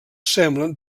semblen